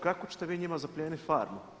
Kako ćete vi njima zaplijeniti farmu?